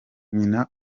nyina